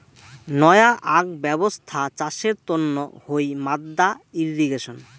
নয়া আক ব্যবছ্থা চাষের তন্ন হই মাদ্দা ইর্রিগেশন